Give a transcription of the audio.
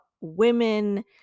women